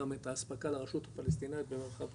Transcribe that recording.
גם את האספקה לרשות הפלסטינאית במרחב חברון,